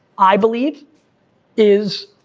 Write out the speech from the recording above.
i believe is,